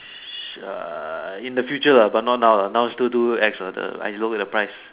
sia in the future lah but not now lah now still too ex lah the look at the price